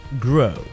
grow